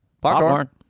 Popcorn